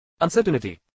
uncertainty